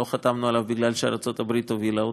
לא חתמנו עליו כי ארצות הברית הובילה אותו,